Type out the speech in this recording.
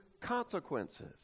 consequences